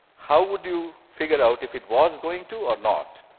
how would you figure out if it was going to or not?